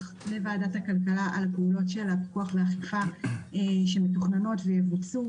לוועדת הכלכלה על הפעולות של הכוח והאכיפה שמתוכננות ויבוצעו,